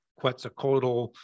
quetzalcoatl